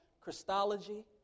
Christology